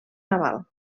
naval